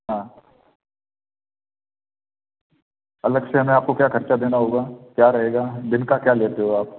हाँ अलग से हमें आपको क्या ख़र्चा देना होगा क्या रहेगा दिन का क्या लेते हो आप